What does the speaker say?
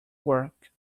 work